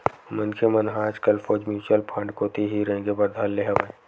मनखे मन ह आजकल सोझ म्युचुअल फंड कोती ही रेंगे बर धर ले हवय